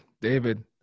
David